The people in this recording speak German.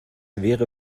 wäre